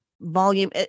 volume